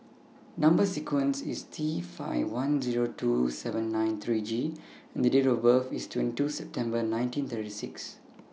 Number sequence IS T five one Zero two seven nine three G and Date of birth IS twenty two September nineteen thirty six